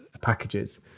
packages